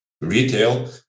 retail